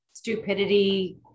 Stupidity